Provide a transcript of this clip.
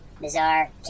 Bizarre